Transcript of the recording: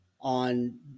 on